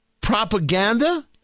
propaganda